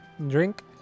Drink